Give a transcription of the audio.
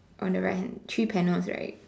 on the right hand three panels right